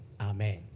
Amen